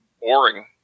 boring